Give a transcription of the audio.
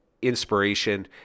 inspiration